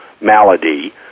malady